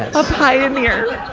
a pioneer.